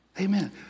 Amen